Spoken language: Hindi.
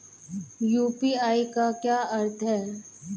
यू.पी.आई का क्या अर्थ है?